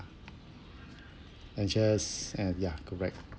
I just uh ya correct